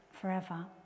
forever